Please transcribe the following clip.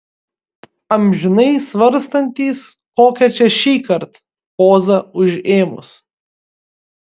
amžinai svarstantys kokią čia šįkart pozą užėmus